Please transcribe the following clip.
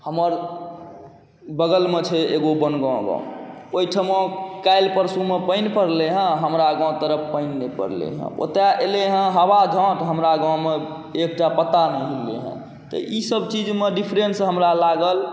हमर बगलमे छै एगो बनगाँव गाम ओहिठाम काल्हि परसूमे पानि पड़लै हँ हमरा गाम तरफ पानि नहि पड़लै हँ ओतऽ अएलै हँ हवा तऽ हमरा गाँवमे एकटा पत्ता नहि हिललै हँ तऽ ईसब चीजमे डिफरेन्स हमरा लागल